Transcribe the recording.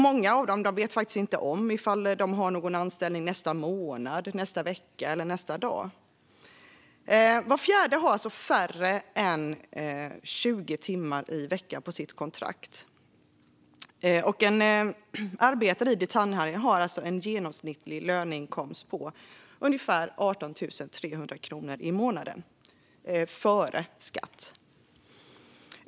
Många vet inte om de har någon anställning nästa månad, nästa vecka, nästa dag. Var fjärde har färre än 20 timmar i veckan på sitt kontrakt. En arbetare i detaljhandeln har en genomsnittlig löneinkomst på 18 300 kronor i månaden - före skatt.